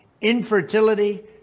infertility